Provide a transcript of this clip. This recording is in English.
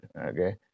okay